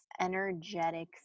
energetic